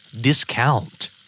Discount